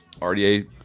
RDA